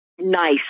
Nice